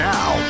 Now